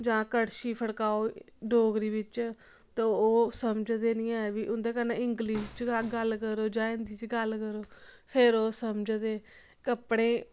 जां कड़छी फड़काओ डोगरी बिच्च ते ओह् समझदे निं ऐ बी उं'दे कन्नै इंग्लिश च करो जां हिंदी च गल्ल करो फिर ओह् समझदे कपड़े